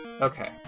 Okay